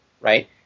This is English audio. Right